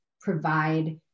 provide